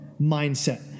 mindset